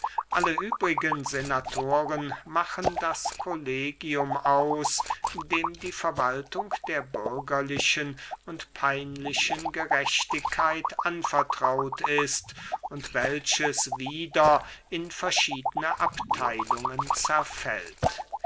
alle übrigen senatoren machen das kollegium aus dem die verwaltung der bürgerlichen und peinlichen gerechtigkeit anvertraut ist und welches wieder in verschiedene abtheilungen zerfällt